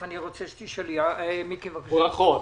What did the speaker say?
ברכות.